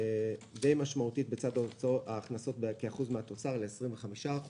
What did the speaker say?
משמעותית למדי בצד ההכנסות כאחוז מן התוצר, ל-25%.